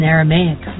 Aramaic